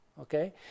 Okay